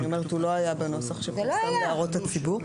הוא לא היה בנוסח שהועבר להערות הציבור.